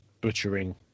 butchering